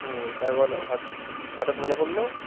হুম তারপরে বলো হঠাৎ হঠাৎ মনে পড়লো